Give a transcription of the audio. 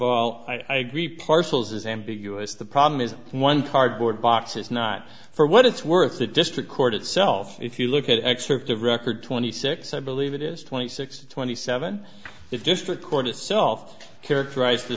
all i agree parcells is ambiguous the problem is one cardboard box is not for what it's worth the district court itself if you look at excerpts of record twenty six i believe it is twenty six twenty seven it's just that court itself characterized t